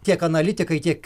tiek analitikai tiek